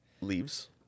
leaves